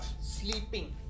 sleeping